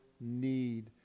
need